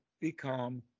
become